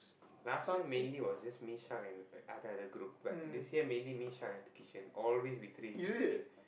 last year mainly was just me shak and other other group but this year mainly me shak and kishan always we three have been meeting